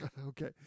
Okay